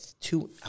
two